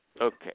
Okay